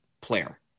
player